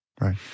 Right